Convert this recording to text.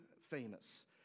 famous